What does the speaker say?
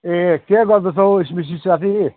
ए के गर्दैछौ स्मृति साथी